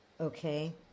Okay